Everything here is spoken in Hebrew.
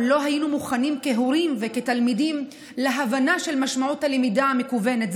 לא היינו מוכנים כהורים וכתלמידים להבנה של משמעות הלמידה המקוונת.